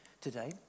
today